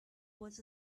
was